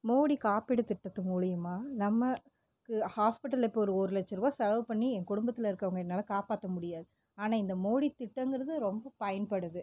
மோடி காப்பீடு திட்டத்து மூலயமா நமக்கு ஹாஸ்பிட்டல்ல இப்போ ஒரு ஒரு லட்சரூபா செலவு பண்ணி என் குடும்பத்தில் இருக்கவங்களை என்னால் காப்பாற்ற முடியாது ஆனால் இந்த மோடி திட்டங்கிறது ரொம்ப பயன்படுது